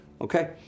Okay